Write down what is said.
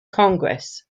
congress